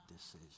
decision